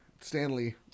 Stanley